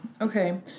Okay